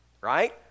right